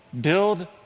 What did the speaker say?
build